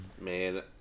Man